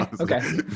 okay